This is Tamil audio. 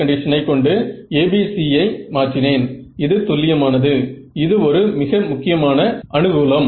மேக்னெட்டிக் ஃப்ரில் ஐ எடுக்கலாம் என்று நீங்கள் சொல்ல முடியும்